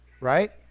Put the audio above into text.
Right